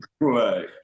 right